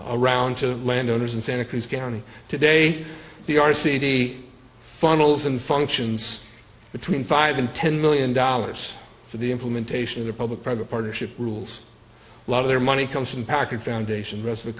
around to landowners in santa cruz county today the r c d funnels and functions between five and ten million dollars for the implementation of public private partnership rules lot of their money comes from packet foundation rest of it